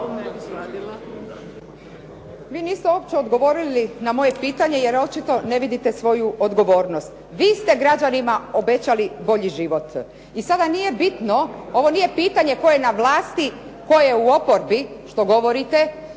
Vi niste uopće odgovorili na moje pitanje jer očito ne vidite svoju odgovornost, vi ste građanima obećali bolji život. I sada nije bitno, ovo nije pitanje tko je na vlasti, tko je u oporbi što govorite,